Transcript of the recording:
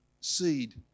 seed